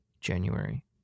January